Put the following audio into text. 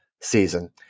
season